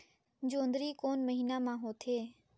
जोंदरी कोन महीना म होथे?